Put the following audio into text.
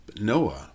Noah